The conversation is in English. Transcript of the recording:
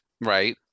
Right